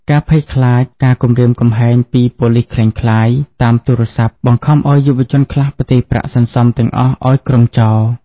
ការភ័យខ្លាចការគំរាមកំហែងពី "ប៉ូលិសក្លែងក្លាយ" តាមទូរស័ព្ទ បង្ខំឱ្យយុវជនខ្លះផ្ទេរប្រាក់សន្សំទាំងអស់ឱ្យក្រុមចោរ។